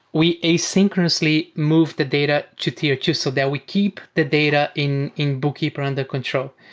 we asynchronously move the data to tier two so that we keep the data in in bookkeeper under control,